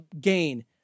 gain